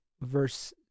verse